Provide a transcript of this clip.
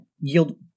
yield